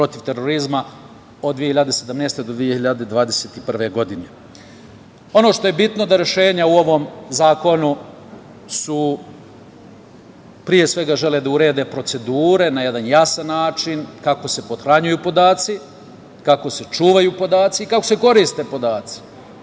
protiv terorizma, od 2017. do 2021. godine. Ono što je bitno to je da rešenja u ovom zakonu pre svega žele da urede procedure na jedan jasan način, kako se pothranjuju podaci, kako se čuvaju podaci i kako se koristi podaci.